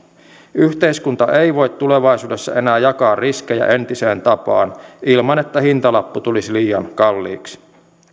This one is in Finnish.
yhteiskunta ei voi tulevaisuudessa enää jakaa riskejä entiseen tapaan ilman että hintalappu tulisi liian kalliiksi